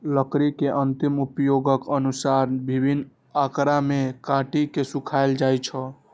लकड़ी के अंतिम उपयोगक अनुसार विभिन्न आकार मे काटि के सुखाएल जाइ छै